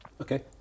okay